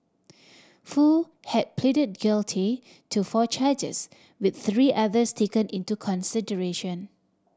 foo had pleaded guilty to four charges with three others taken into consideration